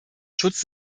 schutz